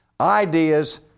ideas